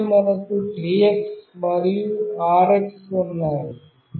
ఆపై మనకు TX మరియు RX ఉన్నాయి